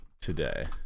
today